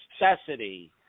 necessity